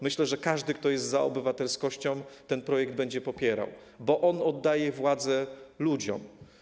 Myślę, że każdy, kto jest za obywatelskością, ten projekt będzie popierał, bo on oddaje władzę ludziom.